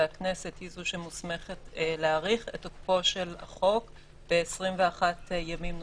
והכנסת היא זו שמוסמכת להאריך את תוקפו של החוק ב-21 ימים נוספים.